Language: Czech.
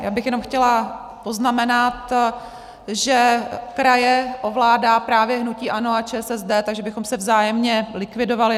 Já bych jenom chtěla poznamenat, že kraje ovládá právě hnutí ANO a ČSSD, takže bychom se vzájemně likvidovali.